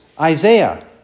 Isaiah